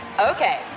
Okay